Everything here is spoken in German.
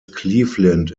cleveland